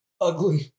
ugly